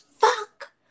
fuck